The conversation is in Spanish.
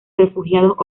refugiados